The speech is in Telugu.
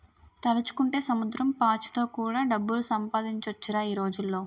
తలుచుకుంటే సముద్రం పాచితో కూడా డబ్బులు సంపాదించొచ్చురా ఈ రోజుల్లో